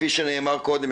כפי שנאמר קודם,